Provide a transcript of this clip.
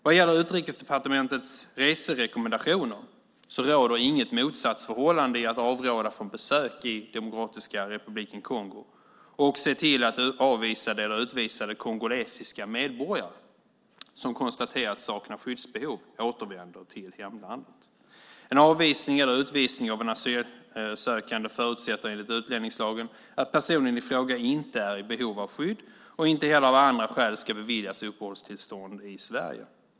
Vad gäller Utrikesdepartementets reserekommendationer råder det inget motsatsförhållande i att avråda från besök i Demokratiska republiken Kongo och att se till att avvisade eller utvisade kongolesiska medborgare, som konstaterats sakna skyddsbehov, återvänder till hemlandet. En avvisning eller utvisning av en asylsökande förutsätter enligt utlänningslagen att personen i fråga inte är i behov av skydd och inte heller av andra skäl ska beviljas uppehållstillstånd i Sverige.